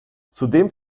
zudem